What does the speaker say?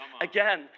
again